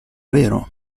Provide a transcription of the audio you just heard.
vero